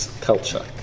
culture